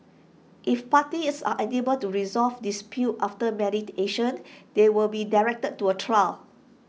if parties are unable to resolve disputes after mediation they will be directed to A trial